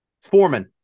Foreman